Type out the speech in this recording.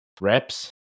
reps